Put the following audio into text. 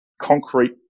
concrete